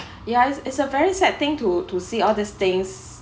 ya is is a very sad thing to to see all this things